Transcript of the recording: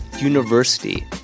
University